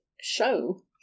show